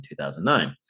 2009